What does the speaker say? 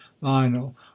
Lionel